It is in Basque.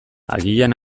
agian